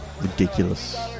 ridiculous